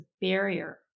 barrier